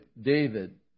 David